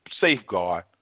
safeguard